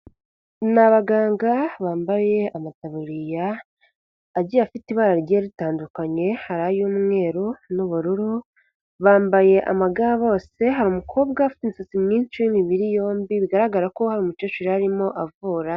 Ni abaganga bambaye amataruriya agiye afite ibara rigiye ritandukanye, hari ay'umweru n'ubururu, bambaye amaga bose hari umukobwa afite imisatsi myinshi y'imibiri yombi bigaragara ko wa umukecuru yari arimo avura.